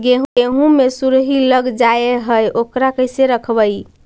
गेहू मे सुरही लग जाय है ओकरा कैसे रखबइ?